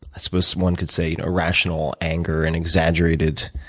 i suppose one could say, the irrational anger and exaggerated